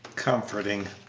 comforting,